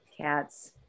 cats